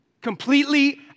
Completely